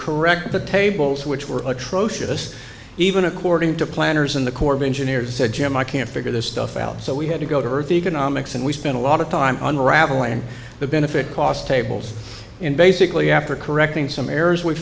correct the tables which were atrocious even according to planners in the corps of engineers said jim i can't figure this stuff out so we had to go to earth economics and we spent a lot of time unraveling the benefit cost tables and basically after correcting some errors we